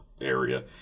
area